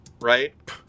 right